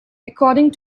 according